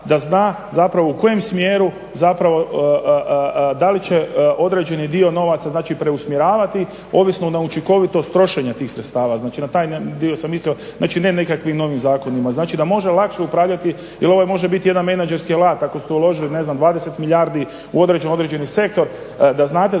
da zna zapravo u kojem smjeru zapravo da li će određeni dio novaca, znači preusmjeravati ovisno na učinkovitost trošenja tih sredstava. Znači, na taj dio sam mislio. Znači, ne nekakvim novim zakonima. Znači, da može lakše upravljati jer ovo može biti jedan menadžerski alat ako ste uložili ne znam 20 milijardi u određeni sektor da znate zapravo